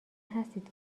هستید